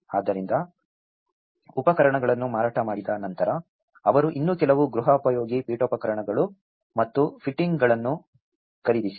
ಆದ್ದರಿಂದ ಉಪಕರಣಗಳನ್ನು ಮಾರಾಟ ಮಾಡಿದ ನಂತರ ಅವರು ಇನ್ನೂ ಕೆಲವು ಗೃಹೋಪಯೋಗಿ ಪೀಠೋಪಕರಣಗಳು ಮತ್ತು ಫಿಟ್ಟಿಂಗ್ಗಳನ್ನು ಖರೀದಿಸಿದರು